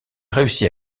réussit